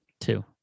Two